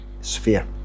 sphere